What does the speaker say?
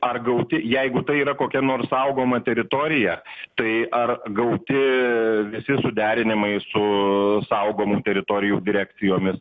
ar gauti jeigu tai yra kokia nors saugoma teritorija tai ar gauti visi suderinimai su saugomų teritorijų direkcijomis